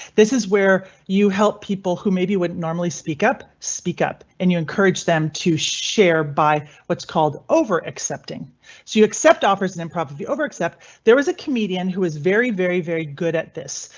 this is where you help people who maybe wouldn't normally speak up, speak up and you encourage them to share by what's called over accepting so you accept offers and in probably over, except there was a comedian who is very very very good at this.